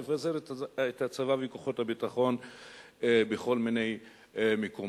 נפזר את הצבא ואת כוחות הביטחון בכל מיני מקומות.